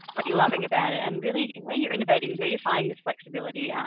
what you loving about it, and really where you're innovating, where you find this flexibility,